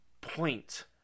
point